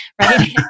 Right